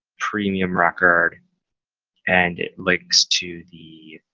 premium record and it links to the